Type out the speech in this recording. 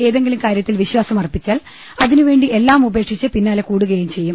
ഏതെങ്കിലും കാര്യത്തിൽ വിശ്വാസം അർപ്പിച്ചാൽ അതിനുവേണ്ടി എല്ലാം ഉപേക്ഷിച്ച് പിന്നാലെ കൂടുകയും ചെയ്യും